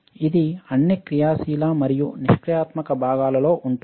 ఇది అన్ని క్రియాశీల మరియు నిష్క్రియాత్మక భాగాలలో ఉంటుంది